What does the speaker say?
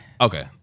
okay